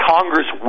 Congress